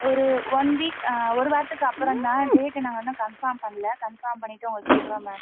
ஒரு one week ஒரு வாரத்துக்கு அப்புறம் தான் டேட்டு நாங்கள் இன்னும் கன்ஃபார்ம் பண்ணல கன்ஃபார்ம் பண்ணிவிட்டு உங்களுக்கு சொல்கிறோம் மேம்